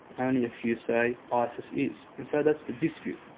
only a few say isis is. and so that's the dispute.